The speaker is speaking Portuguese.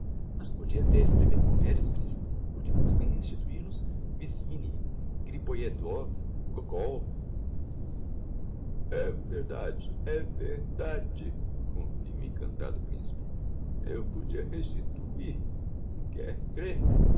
mas podia até escrever comedias principe podia muito bem restituir nos visine griboiedov gogol é verdade é verdade confirma encantado o principe eu podia restituir quer crêr